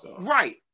Right